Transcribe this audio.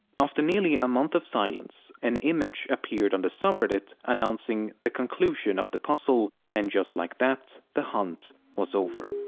after nearly a month of silence an image appeared on the subreddit announcing the conclusion of the puzzle and, just like that, the hunt was over.